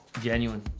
Genuine